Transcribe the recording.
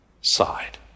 side